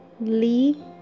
Lee